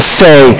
say